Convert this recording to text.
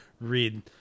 read